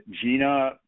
Gina